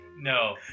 No